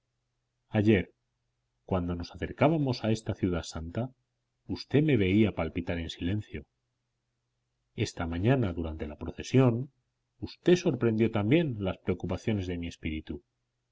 ayer cuando nos acercábamos a esta ciudad santa usted me veía palpitar en silencio esta mañana durante la procesión usted sorprendió también las preocupaciones de mi espíritu